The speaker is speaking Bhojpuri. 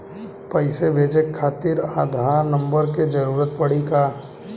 पैसे भेजे खातिर आधार नंबर के जरूरत पड़ी का?